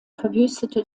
verwüstete